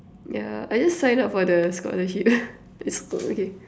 yeah I just sign up for the scholarship it's oh okay